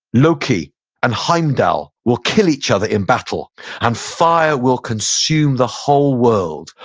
loki and heimdall will kill each other in battle and fire will consume the whole world.